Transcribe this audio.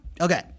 Okay